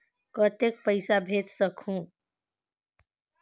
कतेक पइसा भेज सकहुं?